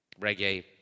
reggae